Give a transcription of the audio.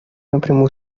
напрямую